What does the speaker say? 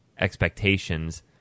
expectations